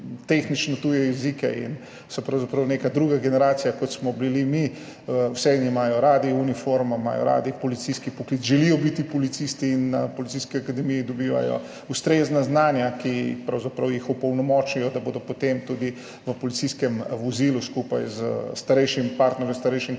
govorijo tuje jezike in so pravzaprav neka druga generacija, kot smo bili mi. Vseeno imajo radi uniformo, imajo radi policijski poklic, želijo biti policisti in na Policijski akademiji dobivajo ustrezna znanja, ki jih pravzaprav opolnomočijo, da bodo potem tudi v policijskem vozilu skupaj s starejšim partnerjem, starejšim kolegom